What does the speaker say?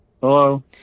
Hello